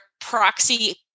proxy